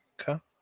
Okay